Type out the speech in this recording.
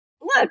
look